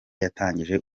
yatangije